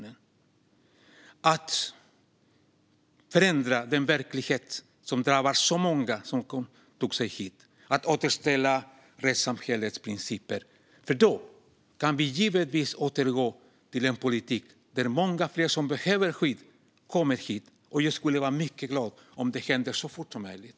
Vi borde förändra den verklighet som drabbar så många av dem som tog sig hit och återställa rättssamhällets principer. Då kan vi nämligen återgå till en politik som gör att många fler som behöver skydd kan komma hit. Jag skulle vara mycket glad om det hände så fort som möjligt.